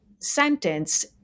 sentence